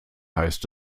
heißt